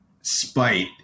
spite